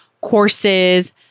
courses